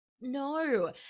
no